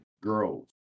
girls